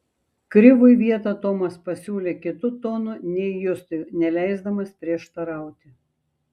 krivui vietą tomas pasiūlė kitu tonu nei justui neleisdamas prieštarauti